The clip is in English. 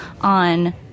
On